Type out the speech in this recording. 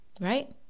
right